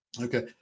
Okay